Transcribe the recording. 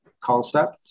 concept